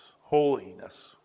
Holiness